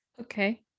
Okay